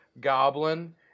goblin